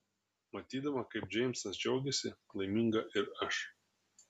matydama kaip džeimsas džiaugiasi laiminga ir aš